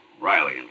Riley